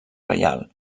reial